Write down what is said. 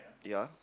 ya